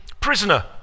prisoner